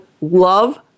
love